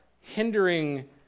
hindering